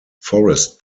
forest